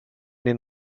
den